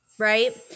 right